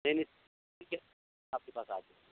نہیں نہیں ٹھیک ہے آپ کے پاس آتے ہیں